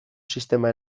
sistema